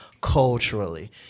culturally